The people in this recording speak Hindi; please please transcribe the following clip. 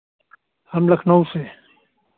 हम लखनऊ से हैं